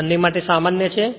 જે બંને માટે સામાન્ય છે